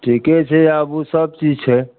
ठीके छै आब ओ सब चीज छै